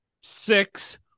six